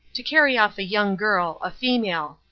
to carry off a young girl, a female!